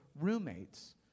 roommates